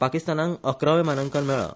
पाकिस्तानाक अकरावें मानांकन मेळ्ळा